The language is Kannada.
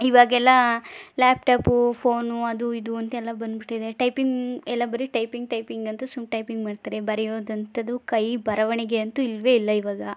ಈವಾಗೆಲ್ಲ ಲ್ಯಾಪ್ ಟಾಪು ಫೋನು ಅದು ಇದು ಅಂತೆಲ್ಲ ಬಂದ್ಬಿಟ್ಟಿದೆ ಟೈಪಿಂಗ್ ಎಲ್ಲ ಬರಿ ಟೈಪಿಂಗ್ ಟೈಪಿಂಗ್ ಅಂತ ಸುಮ್ನೆ ಟೈಪಿಂಗ್ ಮಾಡ್ತಾರೆ ಬರೆಯೋದಂಥದ್ದು ಕೈ ಬರವಣಿಗೆ ಅಂತೂ ಇಲ್ಲವೇ ಇಲ್ಲ ಈವಾಗ